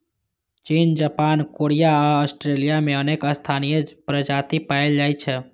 चीन, Japan, Korea आ Australia मे अनेक स्थानीय प्रजाति पाएल जाइ छै